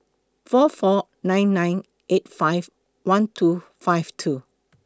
four four nine nine eight five one two five two